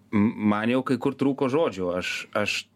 man jau kai kur trūko žodžių aš aš